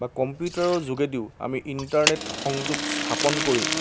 বা কম্পিউটাৰৰ যোগেদিও আমি ইণ্টাৰনেট সংযোগ স্থাপন কৰি